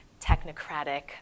technocratic